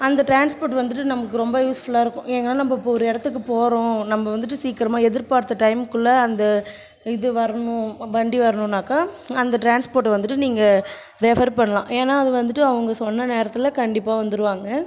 அந்த டிரான்ஸ்ஃபோர்ட் வந்துட்டு நமக்கு ரொம்ப யூஸ்ஃபுல்லாக இருக்கும் ஏன்னால் நம்ம இப்போ ஒரு இடத்துக்குப் போகிறோம் நம்ம வந்துட்டு சீக்கிரமாக எதிர்பார்த்த டைமுக்குள்ள அந்த இது வரணும் வண்டி வரணுன்னாக்கா அந்த டிரான்ஸ்ஃபோர்ட் வந்துட்டு நீங்கள் ரெஃபர் பண்ணலாம் ஏன்னால் அது வந்துட்டு அவங்க சொன்ன நேரத்தில் கண்டிப்பாக வந்துருவாங்க